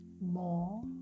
More